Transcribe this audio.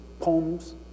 poems